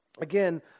again